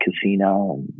casino